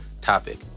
topic